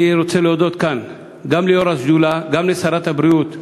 אני רוצה להודות כאן גם ליו"ר השדולה וגם לשרת הבריאות,